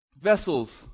vessels